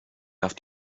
darf